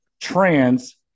trans